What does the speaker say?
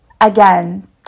Again